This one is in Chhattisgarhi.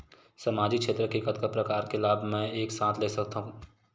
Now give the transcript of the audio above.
सामाजिक क्षेत्र के कतका प्रकार के लाभ मै एक साथ ले सकथव?